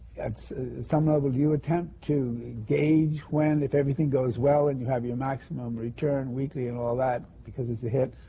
at some level, do you attempt to gauge when, if everything goes well and you have your maximum return weekly and all that, because it's a hit,